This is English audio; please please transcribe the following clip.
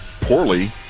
poorly